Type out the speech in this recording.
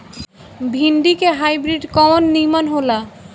भिन्डी के हाइब्रिड कवन नीमन हो ला?